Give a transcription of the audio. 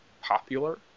popular